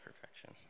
perfection